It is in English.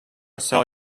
sell